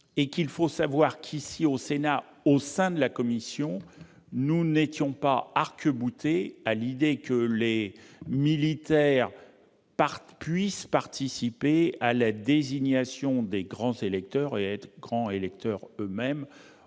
et il faut savoir qu'au Sénat, au sein de la commission, nous n'étions pas arc-boutés sur l'idée que les militaires puissent participer à la désignation des grands électeurs ou être, eux-mêmes,